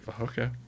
okay